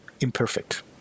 imperfect